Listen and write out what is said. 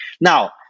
now